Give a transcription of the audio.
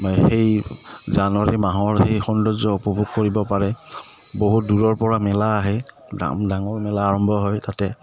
সেই জানুৱাৰী মাহৰ সেই সৌন্দৰ্য উপভোগ কৰিব পাৰে বহুত দূৰৰ পৰা মেলা আহে ডাঙৰ মেলা আৰম্ভ হয় তাতে